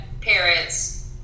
Parents